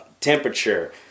temperature